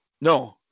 No